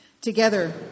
Together